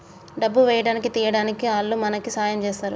డబ్బు వేయడానికి తీయడానికి ఆల్లు మనకి సాయం చేస్తరు